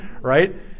Right